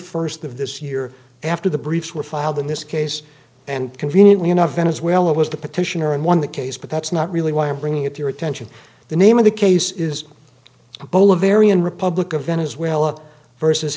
first of this year after the briefs were filed in this case and conveniently enough venezuela was the petitioner and won the case but that's not really why i'm bringing it to your attention the name of the case is a poll of varian republic of venezuela versus